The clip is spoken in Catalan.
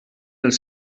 els